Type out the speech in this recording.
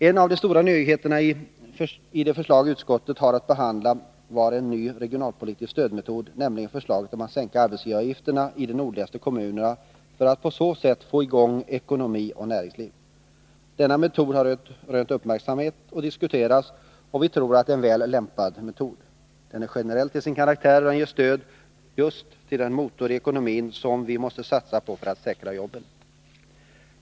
En av de stora nyheterna i de förslag utskottet haft att behandla var en ny regionalpolitisk stödmetod, nämligen förslaget att sänka arbetsgivaravgifterna i de nordligaste kommunerna för att på så sätt få i gång ekonomi och näringsliv. Denna metod har rönt uppmärksamhet och diskuterats, och vi tror att det är en väl lämpad metod. Den är genrell till sin karaktär, och den ger stöd just till den motor i ekonomin som vi måste satsa på för att säkra jobben.